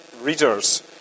readers